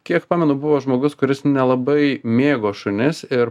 kiek pamenu buvo žmogus kuris nelabai mėgo šunis ir